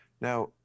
Now